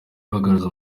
baraguze